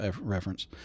reference